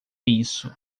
isso